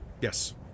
Yes